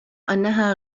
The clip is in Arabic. أنها